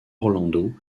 orlando